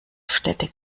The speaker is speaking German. städte